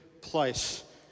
place